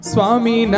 Swami